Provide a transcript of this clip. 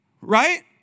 right